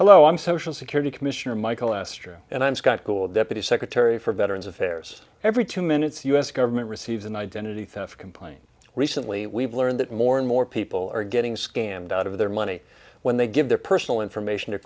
hello i'm social security commissioner michael astor and i'm scott gould deputy secretary for veterans affairs every two minutes u s government receives an identity theft complaint recently we've learned that more and more people are getting scammed out of their money when they give their personal information to